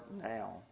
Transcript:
now